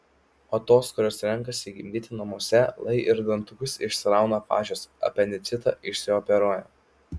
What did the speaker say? o tos kurios renkasi gimdyti namuose lai ir dantukus išsirauna pačios apendicitą išsioperuoja